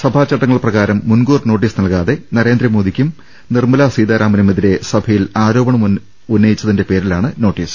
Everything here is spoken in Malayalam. സഭാചട്ടങ്ങൾ പ്രകാരം മുൻകൂർ നോട്ടീസ് നൽകാതെ നരേന്ദ്രമോദി ക്കും നിർമ്മലാ സീതാരാമനുമെതിരെ സഭയിൽ ആരോ പണമുയർത്തിയതിന്റെ പേരിലാണ് നോട്ടീസ്